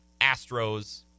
Astros